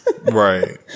Right